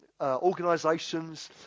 organisations